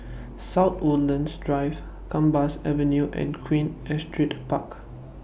South Woodlands Drive Gambas Avenue and Queen Astrid Park